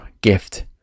gift